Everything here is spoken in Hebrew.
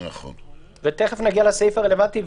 תיכף נגיע לסעיף הרלוונטי.